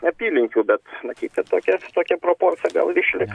apylinkių bet matyt tokia tokia proporcija gal išliks